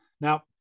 Now